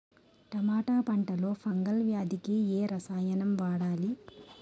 టమాటా పంట లో ఫంగల్ వ్యాధికి ఏ రసాయనం వాడాలి?